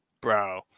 Bro